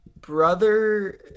brother